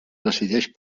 decideix